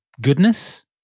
goodness